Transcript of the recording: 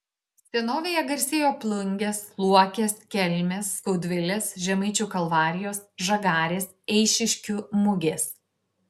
senovėje garsėjo plungės luokės kelmės skaudvilės žemaičių kalvarijos žagarės eišiškių mugės